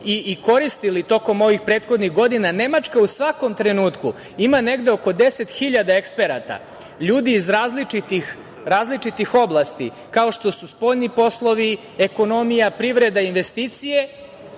to koristili i ovih prethodnih godina. Nemačka u svakom trenutku ima negde oko 10 hiljada eksperata, ljudi iz različitih oblasti, kao što su spoljni poslovi, ekonomija, privreda i investicije